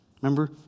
Remember